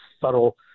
subtle